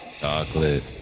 chocolate